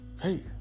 hey